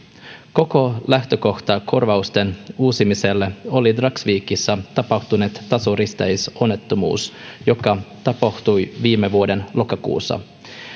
koko lähtökohta korvausten uusimiselle oli dragsvikissa tapahtunut tasoristeysonnettomuus joka tapahtui viime vuoden lokakuussa